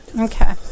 Okay